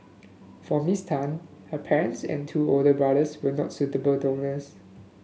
for Miss Tan her parents and two older brothers were not suitable donors